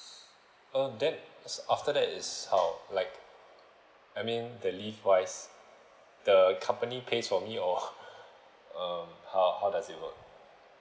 uh that after that is how like I mean the leave wise the company pays for me or uh how how does it work